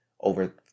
over